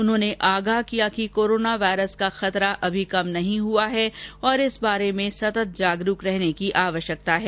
उन्होंने आगाह किया कि कोरोना वायरस का खतरा अभी कम नहीं हुआ है तथा इस बारे में सतत जागरूक रहने की आवश्यकता है